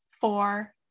four